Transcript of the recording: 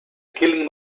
killing